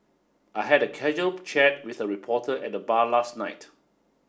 I had a casual chat with a reporter at the bar last night